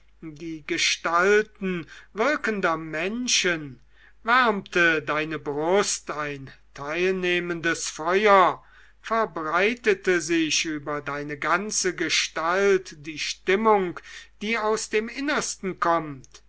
die gestalten wirkender menschen wärmte deine brust ein teilnehmendes feuer verbreitete sich über deine ganze gestalt die stimmung die aus dem innersten kommt